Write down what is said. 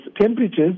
temperatures